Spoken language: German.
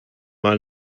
mal